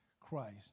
Christ